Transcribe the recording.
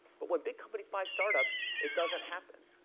but when big companies buy startups, it doesn't happen